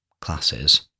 classes